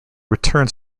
returns